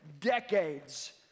decades